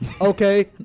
Okay